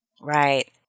Right